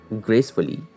gracefully